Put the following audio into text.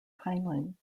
heinlein